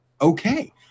Okay